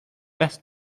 best